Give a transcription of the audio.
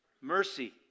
mercy